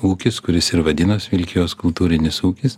ūkis kuris ir vadinos vilkijos kultūrinis ūkis